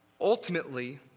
Ultimately